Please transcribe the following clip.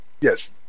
yes